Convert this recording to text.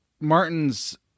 Martin's